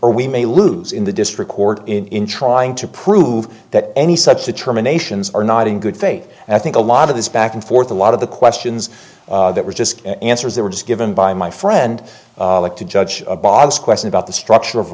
or we may lose in the district court in trying to prove that any such determinations are not in good faith and i think a lot of this back and forth a lot of the questions that were just answers they were just given by my friend to judge abbas question about the structure of